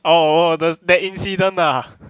oh oh the that incident ah